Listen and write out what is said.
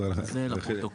זה לפרוטוקול.